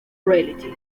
reality